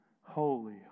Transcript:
holy